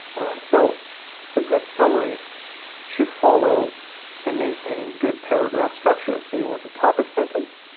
alright so a good summary should follow and maintain good paragraph structure so you want a topic sentence,